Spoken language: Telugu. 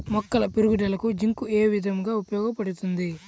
మొక్కల పెరుగుదలకు జింక్ ఏ విధముగా ఉపయోగపడుతుంది?